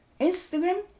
Instagram